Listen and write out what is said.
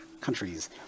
countries